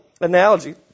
analogy